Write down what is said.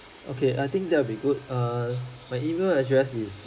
okay I think that'll be good err my email address is